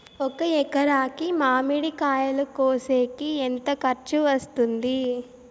ఒక ఎకరాకి మామిడి కాయలు కోసేకి ఎంత ఖర్చు వస్తుంది?